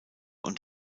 und